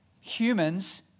humans